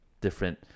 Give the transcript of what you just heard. different